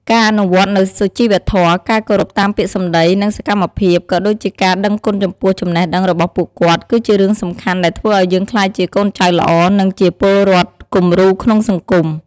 ការអនុវត្តនូវសុជីវធម៌ ការគោរពតាមពាក្យសម្ដី និងសកម្មភាព ក៏ដូចជាការដឹងគុណចំពោះចំណេះដឹងរបស់ពួកគាត់ គឺជារឿងសំខាន់ដែលធ្វើឲ្យយើងក្លាយជាកូនចៅល្អ និងជាពលរដ្ឋគំរូក្នុងសង្គម។